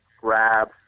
grab